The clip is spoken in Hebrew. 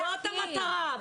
זאת המטרה.